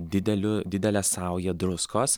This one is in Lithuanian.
dideliu didelę saują druskos